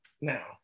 now